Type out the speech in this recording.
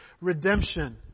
redemption